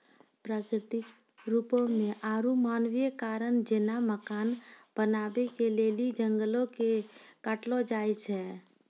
प्राकृतिक रुपो से आरु मानवीय कारण जेना मकान बनाबै के लेली जंगलो के काटलो जाय छै